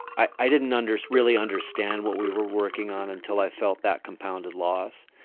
i i didn't unders really understand what we were working on until i felt that compounded loss,